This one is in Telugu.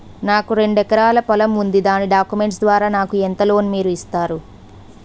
నాకు రెండు ఎకరాల పొలం ఉంది దాని డాక్యుమెంట్స్ ద్వారా నాకు ఎంత లోన్ మీరు ఇస్తారు?